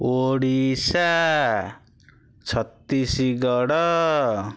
Odisha Chhattisgarh